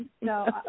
No